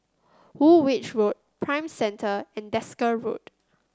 Woolwich Road Prime Centre and Desker Road